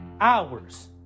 hours